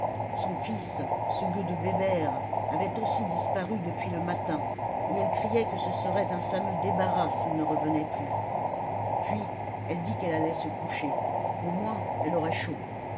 son fils ce gueux de bébert avait aussi disparu depuis le matin et elle criait que ce serait un fameux débarras s'il ne revenait plus puis elle dit qu'elle allait se coucher au moins elle aurait chaud